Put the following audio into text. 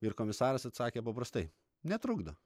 ir komisaras atsakė paprastai netrukdo